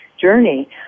journey